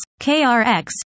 KRX